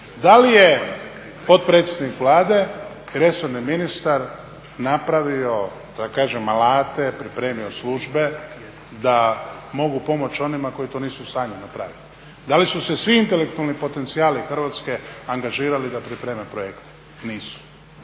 Da li je potpredsjednik Vlade i resorni ministar napravio da kažem alate, pripremio službe da mogu pomoći onima koji to nisu u stanju napraviti? Da li su se svi intelektualni potencijali Hrvatske angažirali da pripreme projekte? Nisu.